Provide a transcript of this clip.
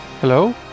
Hello